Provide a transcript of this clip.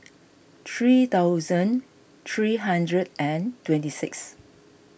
three thousand three hundred and twenty six